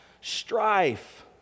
strife